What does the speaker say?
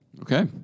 Okay